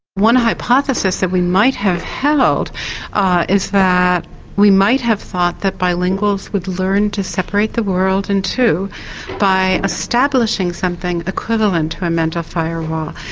one hypothesis that we might have held ah is that we might have thought that bilinguals would learn to separate the world in two by establishing something equivalent to a mental firewall.